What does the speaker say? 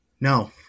No